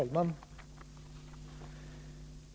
Fru talman!